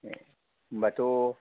ए होनबाथ'